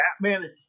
Batman